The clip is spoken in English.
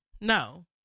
no